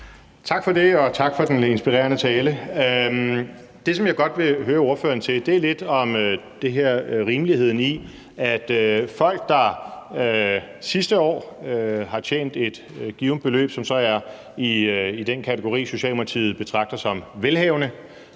Tak for det, og tak for den inspirerende tale. Det, som jeg godt vil høre ordføreren lidt om, er det her med rimeligheden i, at folk, der sidste år har tjent et givent beløb, som så er i den kategori, som Socialdemokratiet betragter som velhavende,